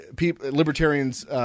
libertarians –